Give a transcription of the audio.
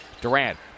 Durant